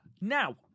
Now